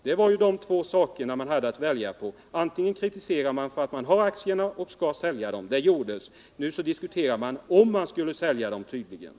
Det var ju de två saker som man hade att välja på. Man kritiserade aktieinnehavet från början och ansåg att aktierna skulle säljas. Men nu diskuterar man tydligen också om de borde ha sålts.